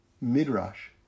midrash